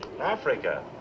Africa